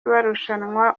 barushanwa